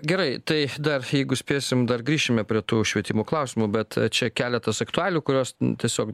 gerai tai dar jeigu spėsim dar grįšime prie tų švietimo klausimų bet čia keletas aktualijų kurios tiesiog